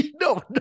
no